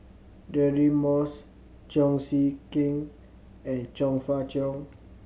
Deirdre Moss Cheong Siew Keong and Chong Fah Cheong